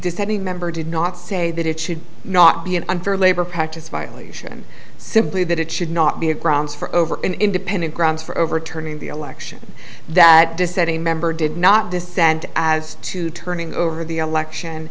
dissenting member did not say that it should not be an unfair labor practice violation simply that it should not be a grounds for over an independent grounds for overturning the election that dissenting member did not descend as to turning over the election